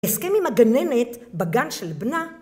‫הסכם עם הגננת בגן של בנה?